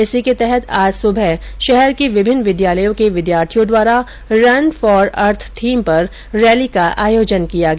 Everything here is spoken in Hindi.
इसी के तहत आज सुबह शहर के विभिन्न विद्यालयों के विद्यार्थियों द्वारा रन फॉर अर्थ थीम पर रैली का आयोजन किया गया